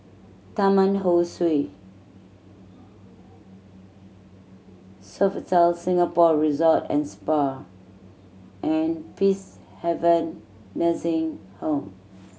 Taman Ho Swee Sofitel Singapore Resort and Spa and Peacehaven Nursing Home